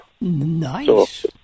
Nice